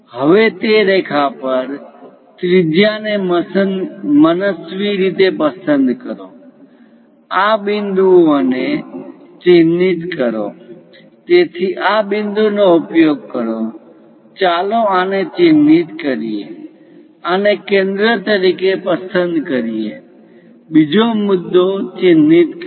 હવે તે રેખા પર ત્રિજ્યા ને મનસ્વી રીતે પસંદ કરો આ બિંદુઓ ને ચિહ્નિત કરો તેથી આ બિંદુ નો ઉપયોગ કરો ચાલો આને ચિહ્નિત કરીએ આને કેન્દ્ર તરીકે પસંદ કરીએ બીજો મુદ્દો ચિહ્નિત કરો